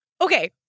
Okay